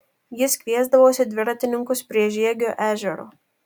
jis kviesdavosi dviratininkus prie žiegio ežero